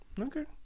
okay